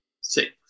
Six